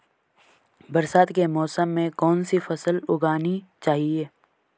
बरसात के मौसम में कौन सी फसल उगानी चाहिए?